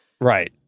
Right